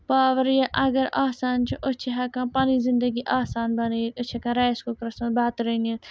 power یہِ اَگر آسان چھِ أسۍ چھِ ہٮ۪کان پَنٕنۍ زِندگی آسان بَنٲیِتھ أسۍ چھِ ہٮ۪کان رایِس کُکرَس منٛز بَتہٕ رٔنِتھ